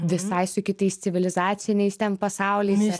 visai su kitais civilizaciniais ten pasauliais